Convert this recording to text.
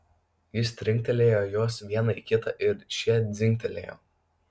jis trinktelėjo juos vieną į kitą ir šie dzingtelėjo